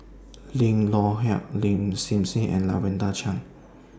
Lim Loh Huat Lin Hsin Hsin and Lavender Chang